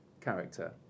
character